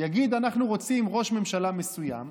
יגיד: אנחנו רוצים ראש ממשלה מסוים,